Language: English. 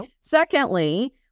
Secondly